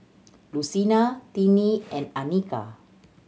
Lucina Tiney and Anika